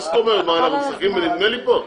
מה זאת אומרת, מה, משחקים בנדמה לי פה.